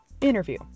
interview